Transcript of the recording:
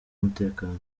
umutekano